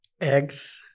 Eggs